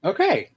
Okay